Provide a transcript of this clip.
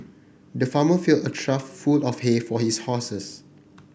the farmer filled a trough full of hay for his horses